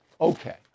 Okay